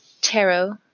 tarot